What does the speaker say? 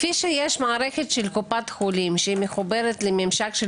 כפי שיש מערכת של קופת חולים שמחוברת לממשק של